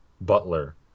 butler